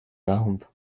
around